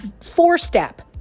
four-step